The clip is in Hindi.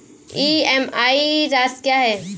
ई.एम.आई राशि क्या है?